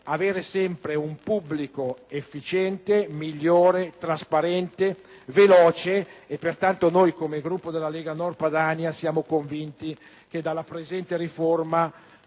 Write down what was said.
aver sempre un pubblico efficiente, migliore, trasparente, veloce e, pertanto, noi come Gruppo della Lega Nord siamo convinti che dalla presente riforma